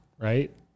Right